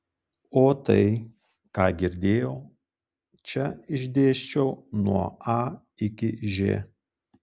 o tai ką girdėjau čia išdėsčiau nuo a iki ž